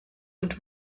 und